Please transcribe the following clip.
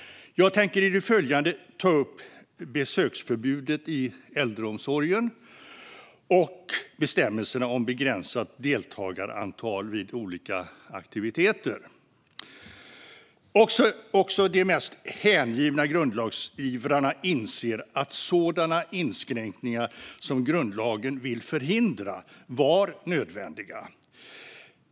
Jag tänker i det följande ta upp besöksförbudet i äldreomsorgen och bestämmelserna om begränsat deltagarantal vid olika aktiviteter. Också de mest hängivna grundlagsivrarna inser att sådana inskränkningar som grundlagen vill förhindra var nödvändiga.